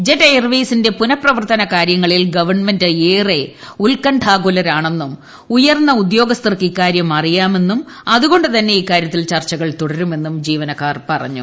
jet എയർവേയ്സിന്റെ പുന്നുപ്പവർത്തന കാര്യങ്ങളിൽ ഗവൺമെന്റ് ഏറെ ഉത്കണ്ഠാകുല്രാണെന്നും ഉയർന്ന ഉദ്യോഗസ്ഥർക്ക് ഇക്കാര്യം അറിയാമെന്നും അതുകൊണ്ട് തന്നെ ഇക്കാര്യത്തിൽ ചർച്ചകൾ തുടരുമെന്നും ജീവനക്കാർ പറഞ്ഞു